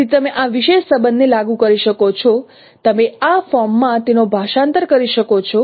તેથી તમે આ વિશેષ સંબંધ ને લાગુ કરી શકો છો તમે આ ફોર્મમાં તેમનો ભાષાંતર કરી શકો છો